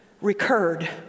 recurred